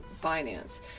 finance